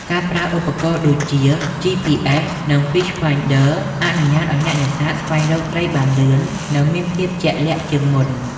ការប្រើប្រាស់ឧបករណ៍ដូចជា GPS និង Fish Finder អនុញ្ញាតឲ្យអ្នកនេសាទស្វែងរកត្រីបានលឿន និងមានភាពជាក់លាក់ជាងមុន។